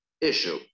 issue